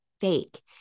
fake